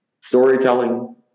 storytelling